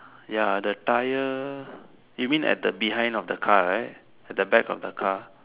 ya the tyre you mean at the behind of the car right at the back of the car